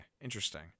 interesting